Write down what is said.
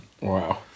Wow